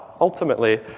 Ultimately